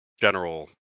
general